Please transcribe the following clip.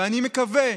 ואני מקווה,